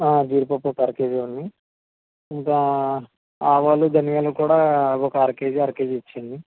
జీడిపప్పు ఒక అరకేజీ ఇవ్వండి ఇంకా ఆవాలు ధనియాలు కూడా ఒక అరకేజీ అరకేజీ ఇచ్చేయండి